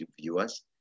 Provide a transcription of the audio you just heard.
viewers